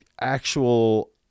actual